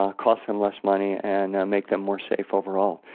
um costs them less money, and make them more safe overall.